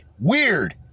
Weird